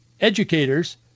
educators